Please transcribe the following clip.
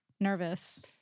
nervous